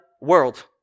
world